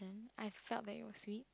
I felt that it was sweet